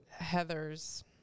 Heathers